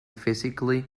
physically